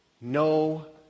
no